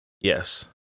Yes